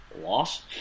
loss